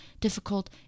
difficult